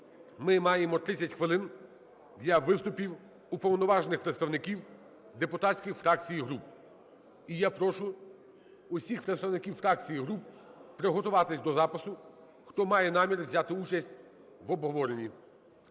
ми маємо 30 хвилин для виступів уповноважених представників депутатських фракцій і груп. І я прошу усіх представників фракцій і груп приготуватись до запису, хто має намір взяти участь в обговоренні.